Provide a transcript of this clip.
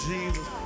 Jesus